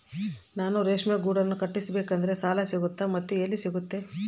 ನಾನು ರೇಷ್ಮೆ ಗೂಡನ್ನು ಕಟ್ಟಿಸ್ಬೇಕಂದ್ರೆ ಸಾಲ ಸಿಗುತ್ತಾ ಮತ್ತೆ ಎಲ್ಲಿ ಸಿಗುತ್ತೆ?